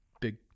Big